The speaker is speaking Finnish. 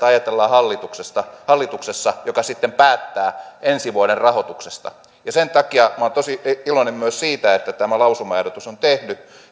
ajatellaan hallituksessa hallituksessa joka sitten päättää ensi vuoden rahoituksesta sen takia olen tosi iloinen myös siitä että tämä lausumaehdotus on tehty